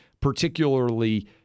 particularly